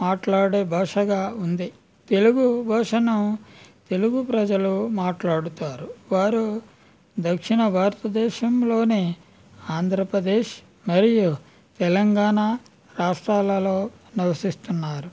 మాట్లాడే భాషగా ఉంది తెలుగు భాషను తెలుగు ప్రజలు మాట్లాడుతారు వారు దక్షిణ భారతదేశంలోనే ఆంధ్రప్రదేశ్ మరియు తెలంగాణ రాష్ట్రాలలో నివసిస్తున్నారు